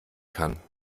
kann